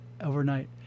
overnight